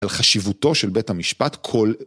על חשיבותו של בית המשפט, כל...